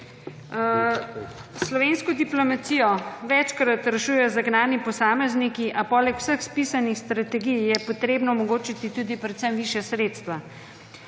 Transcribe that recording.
Slovensko diplomacijo večkrat rešujejo zagnani posamezniki, a poleg vseh spisanih strategij ji je potrebno omogočiti predvsem višja sredstva.